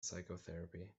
psychotherapy